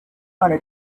wanna